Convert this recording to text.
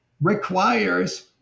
requires